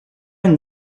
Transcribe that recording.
une